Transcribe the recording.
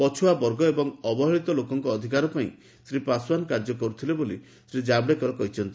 ପଛୁଆବର୍ଗ ଏବଂ ଅବହେଳିତ ଲୋକଙ୍କ ଅଧିକାର ପାଇଁ ଶ୍ରୀ ପାଶ୍ୱାନ କାର୍ଯ୍ୟ କରୁଥିଲେ ବୋଲି ଶ୍ରୀ ଜାବଡେକର କହିଛନ୍ତି